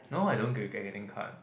now I don't getting card